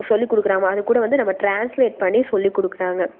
சொல்லிக் கொடுக்கறாங்க அது கூட வந்து நம்ம ட்ரான்ஸ்லேட் பண்ணி சொல்லிக் கொடுக்கறாங்க